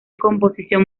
composición